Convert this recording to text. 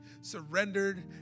surrendered